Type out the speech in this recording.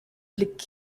blick